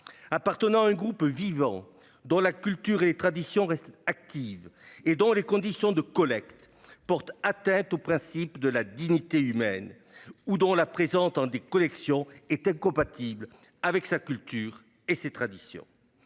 appartenant à un groupe vivant dont la culture et les traditions restent actives, et dont les conditions de collecte portent atteinte au principe de la dignité humaine ou dont la présence dans des collections est incompatible avec la culture et les traditions